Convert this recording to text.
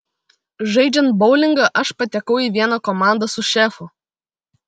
žaidžiant boulingą aš patekau į vieną komandą su šefu